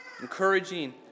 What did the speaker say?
encouraging